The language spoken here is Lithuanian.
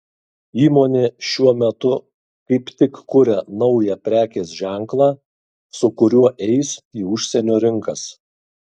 įmonė šiuo metu kaip tik kuria naują prekės ženklą su kuriuo eis į užsienio rinkas